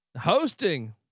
hosting